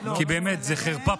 כי באמת הוא חרפה,